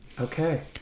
Okay